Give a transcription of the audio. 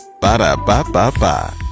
Ba-da-ba-ba-ba